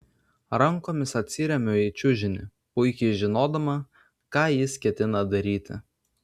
rankomis atsiremiu į čiužinį puikiai žinodama ką jis ketina daryti